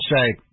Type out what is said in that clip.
say